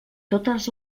totes